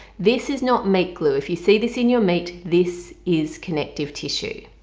this is not meat glue if you see this in your meat this is connective tissue.